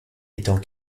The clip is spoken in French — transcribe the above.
étant